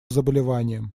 заболеваниям